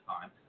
time